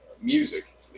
music